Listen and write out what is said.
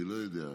אני לא יודע,